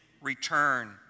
return